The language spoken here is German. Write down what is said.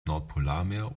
nordpolarmeer